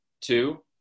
two